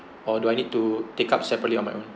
or do I need to take up separately on my own